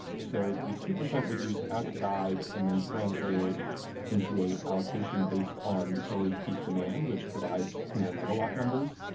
so the two percent was used as a guide and then translating into an allocation based on utility peak demand which provides cleaner mega watt numbers,